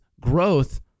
growth